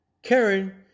karen